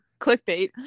clickbait